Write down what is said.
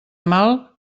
mal